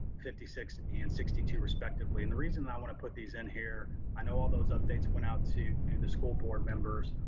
fifty six, and sixty two respectively. and the reason that i want to put these in here, i know all those updates went out to the school board members,